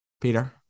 Peter